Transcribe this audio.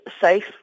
safe